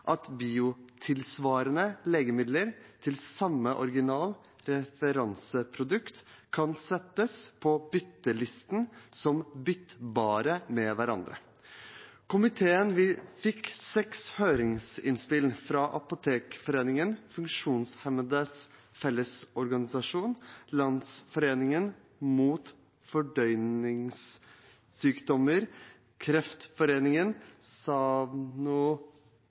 at biotilsvarende legemidler til samme original – referanseprodukt – kan settes på byttelisten som byttbare med hverandre. Komiteen fikk seks høringsinnspill, fra Apotekforeningen, Funksjonshemmedes Fellesorganisasjon, Landsforeningen mot fordøyelsessykdommer, Kreftforeningen,